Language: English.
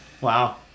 Wow